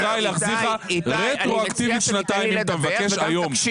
אני אחראי להחזיר לך היום רטרואקטיבית שנתיים מכספי.